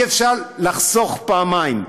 אי-אפשר לחסוך פעמיים.